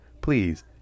Please